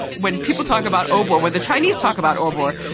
when people talk about obor, when the chinese talk about obor,